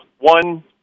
one